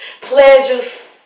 pleasures